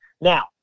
Now